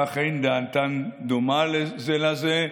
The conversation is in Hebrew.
כך אין דעתן דומה זה לזה,